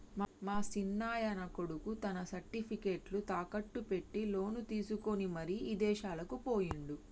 మా సిన్నాయన కొడుకు తన సర్టిఫికేట్లు తాకట్టు పెట్టి లోను తీసుకొని మరి ఇదేశాలకు పోయిండు